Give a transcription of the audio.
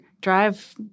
drive